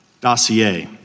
dossier